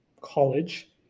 college